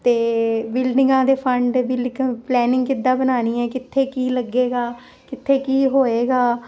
ਤੇ ਬਿਲਡਿੰਗਾਂ ਦੇ ਫੰਡ ਵੀ ਪਲੈਨਿੰਗ ਕਿੱਦਾਂ ਬਣਾਉਣੀ ਹੈ ਕਿੱਥੇ ਕੀ ਲੱਗੇਗਾ ਕਿੱਥੇ ਕੀ ਹੋਏਗਾ